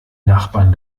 nachbarn